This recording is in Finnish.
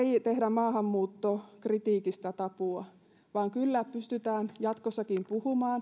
maahanmuuttokritiikistä tabua vaan kyllä pystytään jatkossakin puhumaan